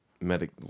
medic